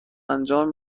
انجام